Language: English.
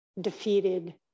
defeated